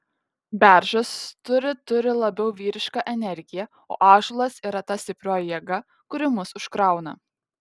beržas turi turi labiau vyrišką energiją o ąžuolas yra ta stiprioji jėga kuri mus užkrauna